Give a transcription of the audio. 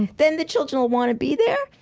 then the children will want to be there.